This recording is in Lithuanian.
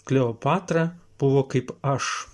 kleopatra buvo kaip aš